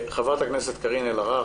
חברת הכנסת קארין אלהרר.